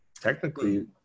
technically